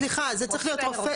סליחה, זה צריך להיות רופא.